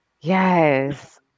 Yes